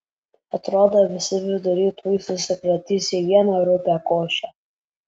atrodo visi viduriai tuoj susikratys į vieną rupią košę